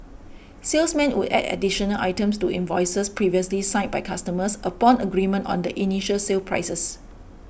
salesmen would add additional items to invoices previously signed by customers upon agreement on the initial sale prices